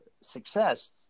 success